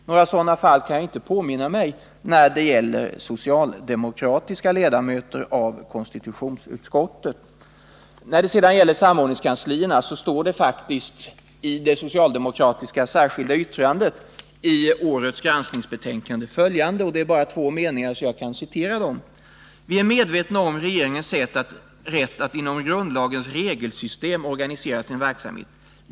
Några sådana fall kan jag dock inte påminna mig när det gäller socialdemokratiska ledamöter av konstitutionsutskottet. Beträffande samordningskanslierna står det i det socialdemokratiska särskilda yttrandet 1 till årets granskningsbetänkande faktiskt följande: ”Vi är medvetna om regeringens rätt att inom grundlagens regelsystem organisera sin verksamhet.